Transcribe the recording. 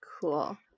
Cool